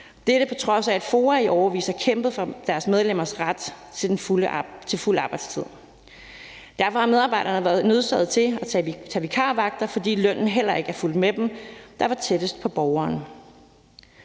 dette på trods af at FOA i årevis har kæmpet for deres medlemmers ret til en fuld arbejdstid. Derfor har medarbejderne været nødsaget til at tage vikarvagter. For lønnen er heller ikke fulgt med hos dem, der var tættest på borgerne.